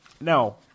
No